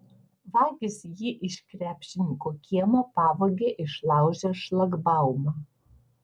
vagys jį iš krepšininko kiemo pavogė išlaužę šlagbaumą